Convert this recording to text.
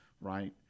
right